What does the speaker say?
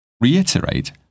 reiterate